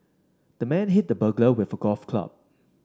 the man hit the burglar with a golf club